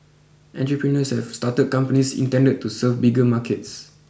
entrepreneurs have started companies intended to serve bigger markets